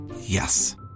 Yes